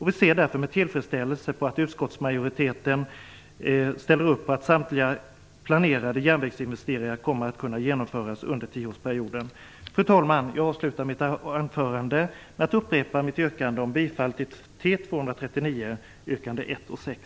Vi ser därför med tillfredsställelse på utskottsmajoritetens besked att samtliga planerade järnvägsinvesteringar kommer att kunna genomföras under tioårsperioden. Fru talman! Jag avslutar mitt anförande med att upprepa mitt yrkande om bifall till motion T239, yrkandena 1 och 6.